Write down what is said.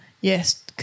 yes